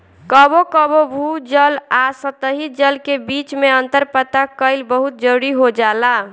कबो कबो भू जल आ सतही जल के बीच में अंतर पता कईल बहुत जरूरी हो जाला